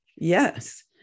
Yes